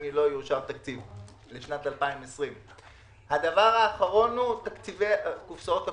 אם לא יאושר תקציב לשנת 2020. הדבר האחרון הוא קופסאות הקורונה.